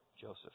Joseph